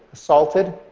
assaulted,